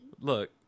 Look